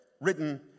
written